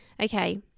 okay